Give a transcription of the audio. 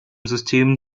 system